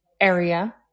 area